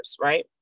right